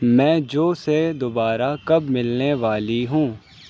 میں جو سے دوبارہ کب ملنے والی ہوں